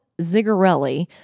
Zigarelli